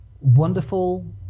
wonderful